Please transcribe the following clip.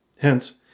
Hence